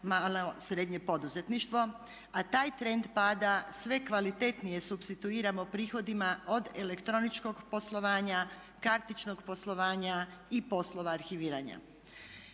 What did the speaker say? malo srednje poduzetništvo, a taj trend pada sve kvalitetnije supstituiramo prihodima od elektroničkog poslovanja, kartičnog poslovanja i poslova arhiviranja.